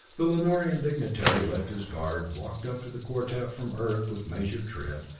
the lanorian dignitary left his guard, walked up to the quartet from earth with measured tread,